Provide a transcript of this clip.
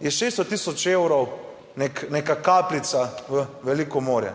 je 600 tisoč evrov neka kapljica v veliko morje.